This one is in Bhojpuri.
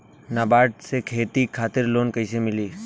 नाबार्ड से खेती खातिर लोन कइसे मिली?